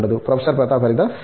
professor Pratap Haridas సరే